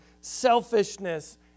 selfishness